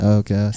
okay